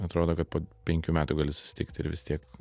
atrodo kad po penkių metų gali susitikt ir vis tiek